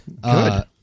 Good